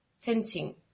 tinting